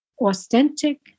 authentic